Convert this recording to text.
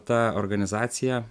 ta organizacija